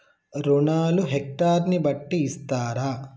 రుణాలు హెక్టర్ ని బట్టి ఇస్తారా?